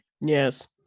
yes